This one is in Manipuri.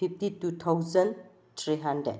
fifty two thousand three hundred